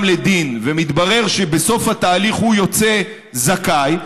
לדין ומתברר שבסוף התהליך הוא יוצא זכאי,